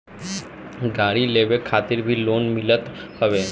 गाड़ी लेवे खातिर भी लोन मिलत हवे